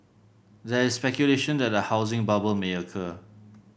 there is speculation that a housing bubble may occur